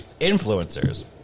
Influencers